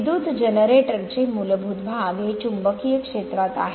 विद्युत जनरेटर चे मूलभूत भाग हे चुंबकीय क्षेत्रात आहेत